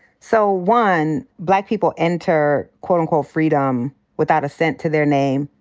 so, one, black people enter, quote unquote, freedom without a cent to their name,